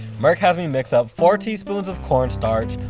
merk has me mix up four teaspoons of cornstarch,